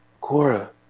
Cora